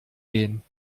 gehen